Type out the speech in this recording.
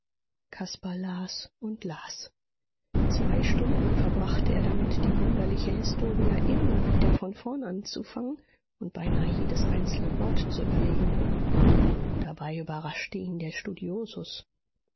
las und las zwei stunden verbrachte er damit die wunderliche historia immer wieder von vorn anzufangen und beinahe jedes einzelne wort zu überlegen dabei überraschte ihn der studiosus